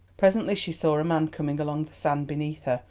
presently she saw a man coming along the sand beneath her,